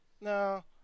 No